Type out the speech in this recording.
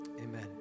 amen